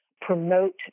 promote